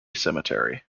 cemetery